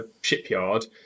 shipyard